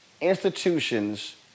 institutions